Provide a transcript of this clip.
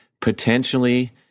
potentially